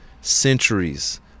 centuries